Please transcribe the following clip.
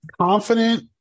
confident